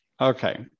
Okay